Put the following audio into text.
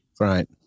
Right